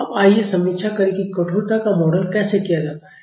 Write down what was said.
अब आइए समीक्षा करें कि कठोरता का मॉडल कैसे किया जाता है